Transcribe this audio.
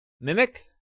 Mimic